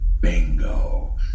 Bingo